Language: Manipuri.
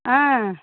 ꯑꯥ